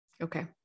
okay